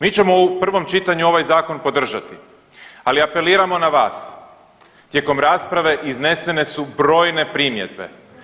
Mi ćemo u prvom čitanju ovaj zakon podržati, ali apeliramo na vas tijekom rasprave iznesene su brojne primjedbe.